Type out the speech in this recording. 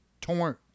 torn